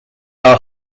are